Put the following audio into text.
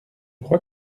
crois